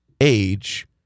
age